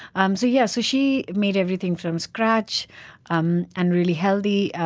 um so yeah so she made everything from scratch um and really healthy,